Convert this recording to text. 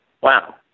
wow